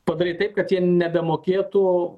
padaryt taip kad jie nebemokėtų